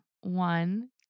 one